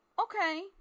okay